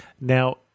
Now